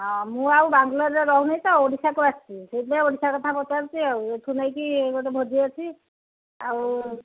ହଁ ମୁଁ ଆଉ ବାଙ୍ଗଲୋରରେ ରହୁନି ତ ଓଡ଼ିଶାକୁ ଆସଛି ସେଇଥିପାଇଁ ଓଡ଼ିଶା କଥା ପଚାରୁଛି ଆଉ ଏଠୁ ନେଇକି ଗୋଟେ ଭୋଜି ଅଛି ଆଉ